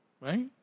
right